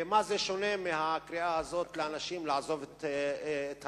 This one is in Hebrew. ומה זה שונה מהקריאה הזאת לאנשים לעזוב את העיר?